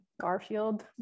Garfield